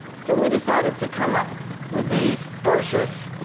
so we decided to come up with the brochures